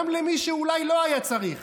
גם למי שאולי לא היה צריך,